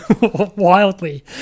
wildly